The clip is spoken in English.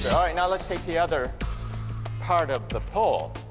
alright now let's take the other part of the poll